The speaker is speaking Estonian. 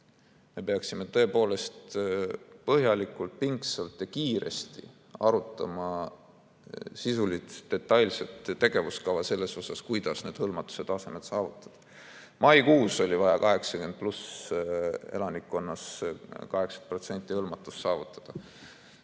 Me peaksime tõepoolest põhjalikult, pingsalt ja kiiresti arutama sisulist detailset tegevuskava, kuidas need hõlmatuse tasemed saavutada. Maikuus oli vaja 80+ vanuses elanikkonnal 80% hõlmatust saavutada.